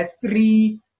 three